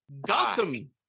gotham